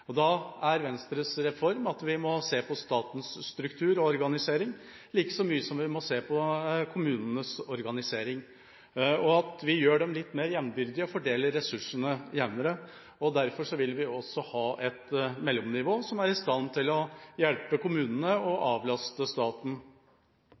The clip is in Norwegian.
Da er Venstres reform at vi må se på statens struktur og organisering like mye som vi må se på kommunenes organisering. Vi må gjøre dem litt mer jevnbyrdige og fordele ressursene jevnere. Derfor vil vi også ha et mellomnivå som er i stand til å hjelpe kommunene og